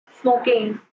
smoking